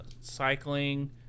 cycling